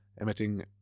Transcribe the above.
emitting